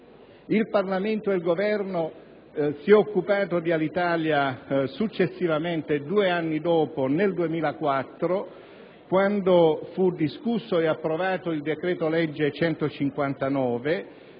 Il Parlamento e il Governo si occuparono di Alitalia due anni dopo, nel 2004, quando fu discusso e approvato il decreto-legge n. 159,